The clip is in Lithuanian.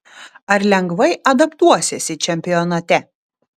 ar lengvai adaptuosiesi čempionate